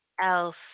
else